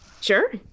Sure